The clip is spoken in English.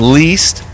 least